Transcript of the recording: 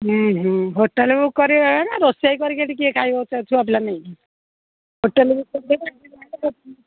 ହୁଁ ହୁଁ hotel book କରିବା ହେଲା ରୋଷେଇ କରିକି ହେଠି କିଏ ଖାଇବ ଛୁଆପିଲା ନେଇକି ହୋଟେଲ୍ ବୁକ୍ କରିଦେବା